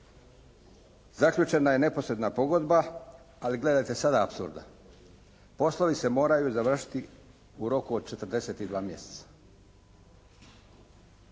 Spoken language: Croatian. Zaključena je neposredna pogodba, ali gledajte sada apsurda poslovi se moraju završiti u roku od 42 mjeseca.